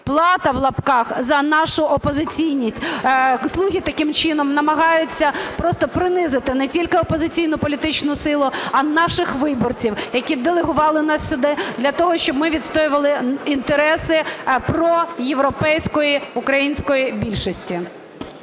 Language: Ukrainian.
"плата" за нашу опозиційність. "Слуги" таким чином намагаються просто принизити не тільки опозиційну політичну силу, а і наших виборців, які делегували нас сюди для того, щоб ми відстоювали інтереси проєвропейської української більшості.